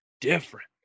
different